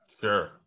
Sure